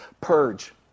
purge